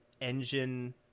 engine